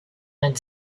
had